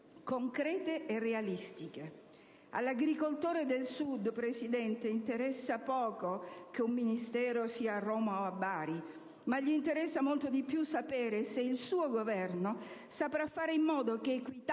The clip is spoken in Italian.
concrete e realistiche. All'agricoltore del Sud poco interessa che un Ministero stia a Roma o a Bari. Gli interessa di più sapere se il suo Governo saprà fare in modo che